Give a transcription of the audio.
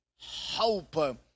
hope